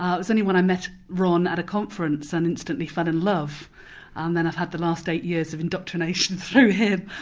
ah it was only when i met ron at a conference and instantly fell in love and then i've had the last eight years of indoctrination through him.